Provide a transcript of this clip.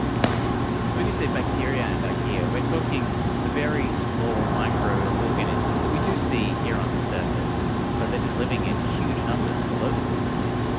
so when you say bacteria and archaea, we're talking the very small microorganisms that we do see here on the surface but they are just living in huge numbers below the surface then.